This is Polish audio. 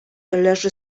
leży